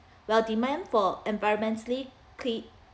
while demand for environmentally clean